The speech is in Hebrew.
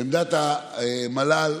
עמדת המל"ל